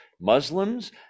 Muslims